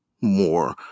more